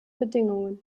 bedingungen